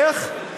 איך?